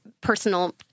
personal